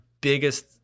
biggest